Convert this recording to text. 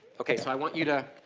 okay, so i want you to